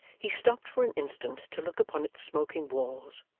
he stopped for an instant to look upon its smoking walls,